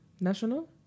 National